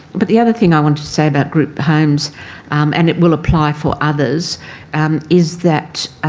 but the other thing i want to say about group homes um and it will apply for others um is that